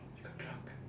you got drunk